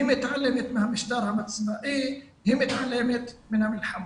היא מתעלמת מהמשטר הצבאי, היא מתעלמת מן המלחמות.